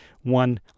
one